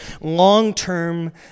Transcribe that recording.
long-term